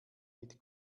mit